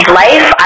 life